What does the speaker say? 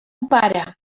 pare